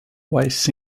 wastes